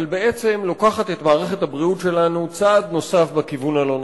אבל היא בעצם לוקחת את מערכת הבריאות שלנו צעד נוסף בכיוון הלא נכון.